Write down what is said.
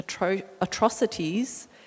atrocities